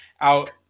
out